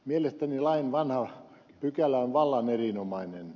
mielestäni lain vanha pykälä on vallan erinomainen